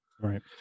Right